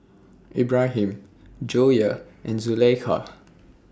Ibrahim Joyah and Zulaikha